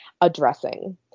addressing